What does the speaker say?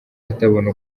atabona